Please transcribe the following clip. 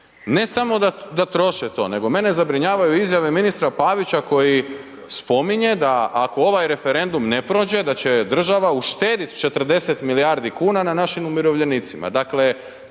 Ne samo da troše to nego mene zabrinjavaju izjave ministra Pavića koji spominje da ako ovaj referendum ako ne prođe, da će država uštedi 40 milijardi kuna na našim umirovljenicima,